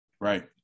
Right